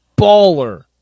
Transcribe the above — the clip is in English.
baller